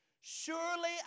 Surely